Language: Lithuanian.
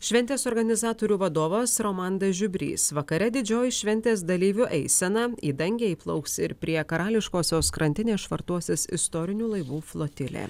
šventės organizatorių vadovas romandas žiubrys vakare didžioji šventės dalyvių eisena į dangę įplauks ir prie karališkosios krantinės švartuosis istorinių laivų flotilė